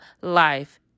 life